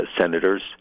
senators